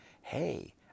Hey